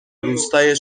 روستای